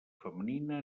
femenina